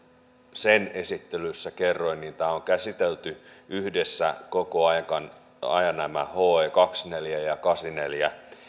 sen esittelyssä kerroin on käsitelty yhdessä koko ajan nämä he kaksikymmentäneljä ja he kahdeksankymmentäneljä